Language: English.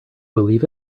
believe